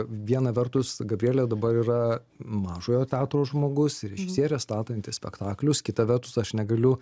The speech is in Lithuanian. viena vertus gabrielė dabar yra mažojo teatro žmogus režisierė statanti spektaklius kita vertus aš negaliu